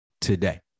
today